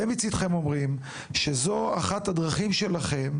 אתם מצידכם אומרים שזו אחת הדרכים שלכם,